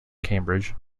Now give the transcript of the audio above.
cambridge